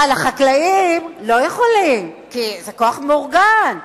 על החקלאים לא יכולים כי זה כוח מאורגן.